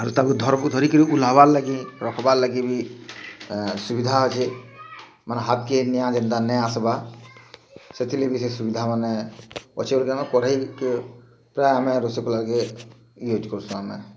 ଆରୁ ତାକୁ ଧରବୋ ଧରିକରି ଊହ୍ଲାବା ଲାଗି ଧର୍ବାର୍ ଲାଗି ସୁବଧା ଅଛେ ଯେନ୍ତାକି ହାତ୍କୁ ନିଆଁ ସେଥିର୍ ଲାଗି ସେ ସୁବିଧାମାନେ କରେଇକି ପ୍ରାୟ ଆମେ ରୋଷଇ କଲାବେଲେ ୟୁଜ୍ କରୁଚୁ ଆମେ